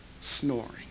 snoring